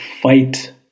fight